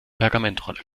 pergamentrolle